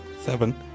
Seven